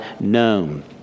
known